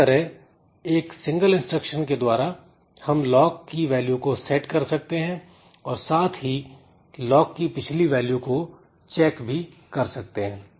इस तरह एक सिंगल इंस्ट्रक्शन के द्वारा हम लॉक की वैल्यू को सेट कर सकते हैं और साथ ही साथ लॉक की पिछली वैल्यू को चेक भी कर सकते हैं